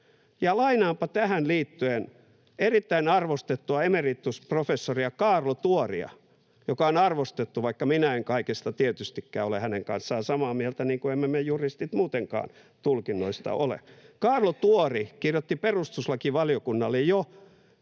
Ja lainaanpa tähän liittyen erittäin arvostettua emeritusprofessoria, Kaarlo Tuoria, joka on arvostettu, vaikka minä en kaikesta tietystikään ole hänen kanssaan samaa mieltä, niin kuin emme me juristit muutenkaan tulkinnoista ole. Kaarlo Tuori kirjoitti perustuslakivaliokunnalle jo